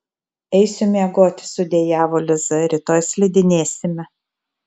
eisiu miegoti sudejavo liza rytoj slidinėsime